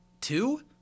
Two